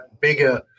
bigger